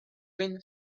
thin